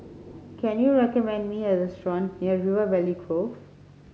can you recommend me a restaurant near River Valley Grove